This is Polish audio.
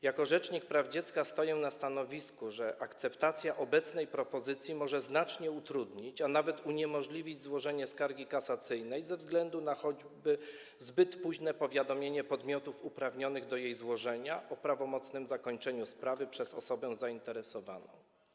Jako rzecznik praw dziecka stoję na stanowisku, że akceptacja obecnej propozycji może znacznie utrudnić, a nawet uniemożliwić złożenie skargi kasacyjnej ze względu na choćby zbyt późne powiadomienie podmiotów uprawnionych do jej złożenia o prawomocnym zakończeniu sprawy przez osobę zainteresowaną.